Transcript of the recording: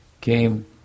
came